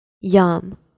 Yum